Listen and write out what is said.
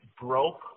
broke